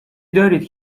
دارید